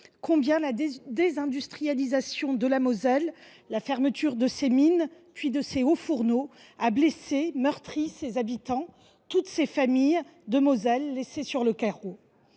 combien la désindustrialisation de la Moselle et la fermeture de ses mines, puis de ses hauts fourneaux, ont blessé – meurtri – ses habitants, toutes ces familles laissées sur le carreau.